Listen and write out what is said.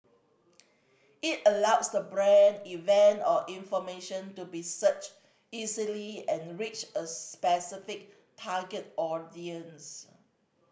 it allows the brand event or information to be searched easily and reach a specific target audience